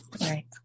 right